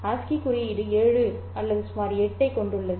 ASCII குறியீடு 7 அல்லது சுமார் 8 ஐக் கொண்டுள்ளது